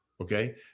Okay